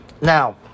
now